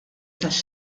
tax